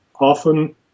often